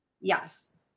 Yes